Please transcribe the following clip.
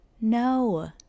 No